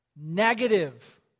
negative